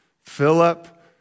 Philip